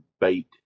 bait